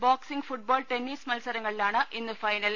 boxing football tennis മത്സരങ്ങളിലാണ് ഇന്ന് final